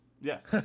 Yes